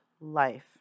life